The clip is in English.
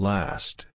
Last